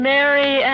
Mary